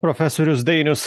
profesorius dainius